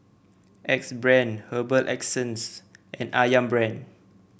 Axe Brand Herbal Essences and ayam Brand